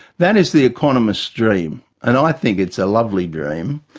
that is the economist's dream, and i think it's a lovely dream.